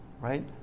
Right